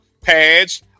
pads